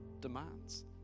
demands